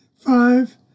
Five